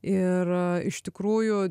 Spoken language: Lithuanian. ir iš tikrųjų